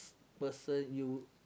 person you